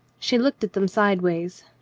she looked at them sidewise.